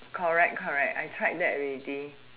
correct correct I tried that already